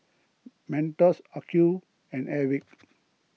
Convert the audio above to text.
Mentos Acuvue and Airwick